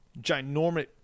ginormous